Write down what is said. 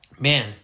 Man